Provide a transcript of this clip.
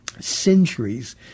centuries